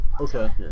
Okay